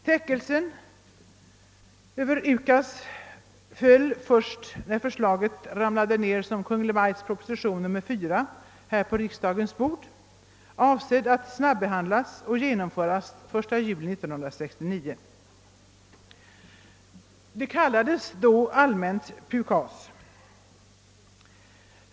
Täckelset över UKAS föll först när förslaget damp ned som Kungl. Maj:ts proposition nr 4 på riksdagens bord, avsedd att snabbehandlas och genomföras den 1 juli 1969. Förslaget kallades då allmänt PUKAS.